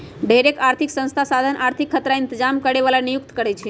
ढेरेक आर्थिक संस्था साधन आर्थिक खतरा इतजाम करे बला के नियुक्ति करै छै